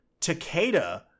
Takeda